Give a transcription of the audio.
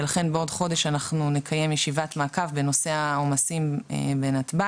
לכן בעוד חודש אנחנו נקיים ישיבת מעקב בנושא העומסים בנתב"ג.